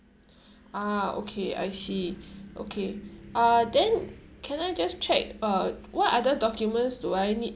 ah okay I see okay ah then can I just check uh what other documents do I need